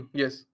yes